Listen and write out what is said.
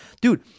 dude